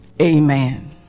amen